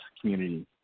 community